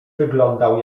wyglądał